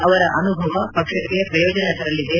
ಅವರ ಅನುಭವ ಪಕ್ಷಕ್ಕೆ ಪ್ರಯೋಜನ ತರಲಿದೆ